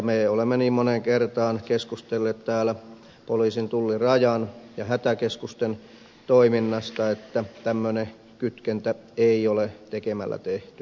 me olemme niin moneen kertaan keskustelleet täällä poliisin tullin rajan ja hätäkeskusten toiminnasta että tämmöinen kytkentä ei ole tekemällä tehty